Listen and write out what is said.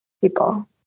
people